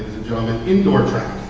gentlemen, indoor track.